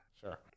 Sure